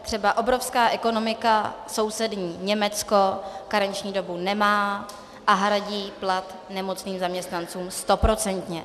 Třeba obrovská ekonomika, sousední Německo, karenční dobu nemá a hradí plat nemocným zaměstnancům stoprocentně.